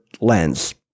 lens